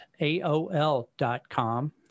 aol.com